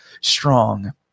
strong